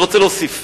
אני רוצה להוסיף.